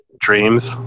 dreams